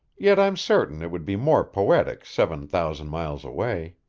yet i'm certain it would be more poetic seven thousand miles away.